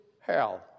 hell